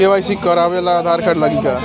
KYC करावे ला Aadhaar card लागी का?